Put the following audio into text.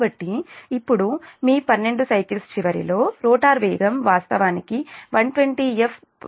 కాబట్టి ఇప్పుడు మీ 12 సైకిల్స్ చివరిలో రోటర్ వేగం వాస్తవానికి 120fPα∆t అవుతుంది